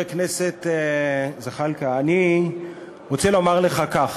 חבר הכנסת זחאלקה, אני רוצה לומר לך כך: